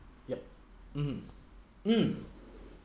yup mm mm